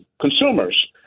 consumers